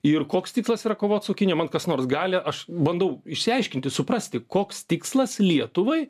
ir koks tikslas yra kovot su kinija man kas nors gali aš bandau išsiaiškinti suprasti koks tikslas lietuvai